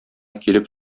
килеп